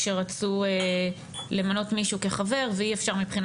כשרצו למנות מישהו כחבר ואי אפשר מבחינה